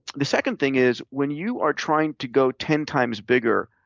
the second thing is when you are trying to go ten times bigger,